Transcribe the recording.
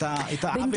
את העוול שהיה.